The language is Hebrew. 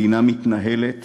מדינה המתנהלת